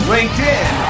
LinkedIn